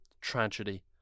tragedy